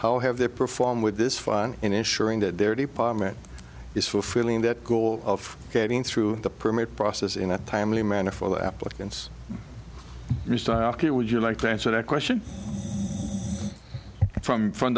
how have they perform with this fun in issuing that their department is fulfilling that goal of getting through the permit process in a timely manner for the applicants would you like to answer that question from from